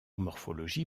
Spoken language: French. morphologie